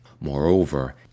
Moreover